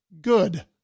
good